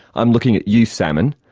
i'm looking at you salmon,